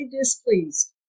displeased